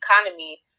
economy